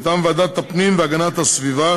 מטעם ועדת הפנים והגנת הסביבה